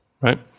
right